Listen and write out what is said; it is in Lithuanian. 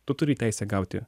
tu turi teisę gauti